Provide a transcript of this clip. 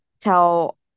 tell